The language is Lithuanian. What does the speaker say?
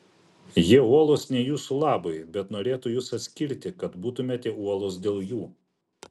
jie uolūs ne jūsų labui bet norėtų jus atskirti kad būtumėte uolūs dėl jų